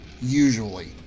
usually